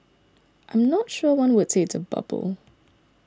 I'm not sure one would say it's a bubble